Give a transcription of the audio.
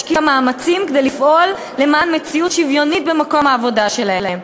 מאמצים כדי לפעול למען מציאות שוויוניות במקום העבודה שלהם,